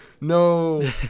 no